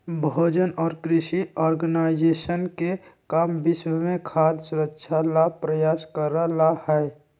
भोजन और कृषि ऑर्गेनाइजेशन के काम विश्व में खाद्य सुरक्षा ला प्रयास करे ला हई